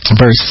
Verse